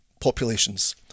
populations